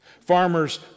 Farmers